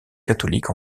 catholique